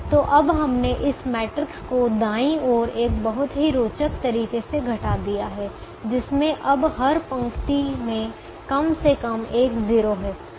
तो अब हमने इस मैट्रिक्स को दायीं ओर एक बहुत ही रोचक तरीके से घटा दिया है जिसमें अब हर पंक्ति में कम से कम एक 0 है